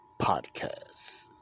podcast